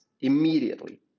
Immediately